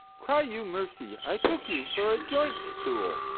cry you mercy, i took you for a joint-stool.